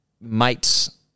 mates